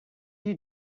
you